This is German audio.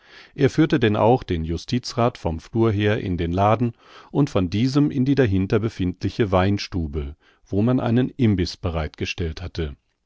er führte denn auch den justizrath vom flur her in den laden und von diesem in die dahinter befindliche weinstube wo man einen imbiß bereit gestellt hatte